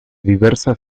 diversa